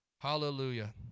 Hallelujah